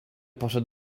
poszedł